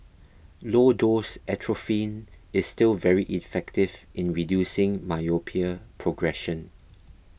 low dose atropine is still very effective in reducing myopia progression